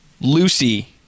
Lucy